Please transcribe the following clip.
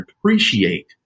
appreciate